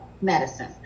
medicine